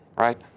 right